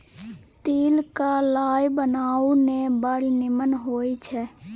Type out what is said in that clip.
तिल क लाय बनाउ ने बड़ निमन होए छै